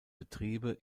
betriebe